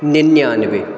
निन्यानवे